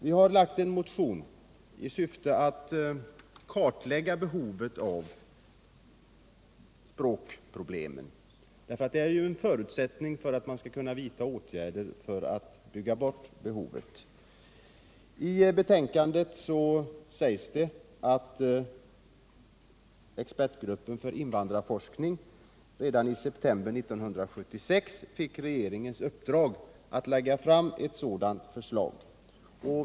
Vi har framlagt en motion i syfte att kartlägga behovet av språkproblemen. En sådan kartläggning är ju en förutsättning för att man skall kunna vidta åtgärder för att ”bygga bort” de brister som föreligger. I betänkandet sägs att expertgruppen för invandrarforskning redan i september 1976 fick regeringens uppdrag att lägga fram ett sådant förslag.